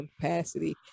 capacity